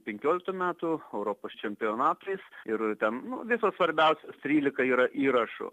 penkioliktų metų europos čempionatais ir ten nu visos svarbiausios trylika yra įrašų